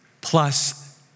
plus